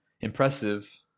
impressive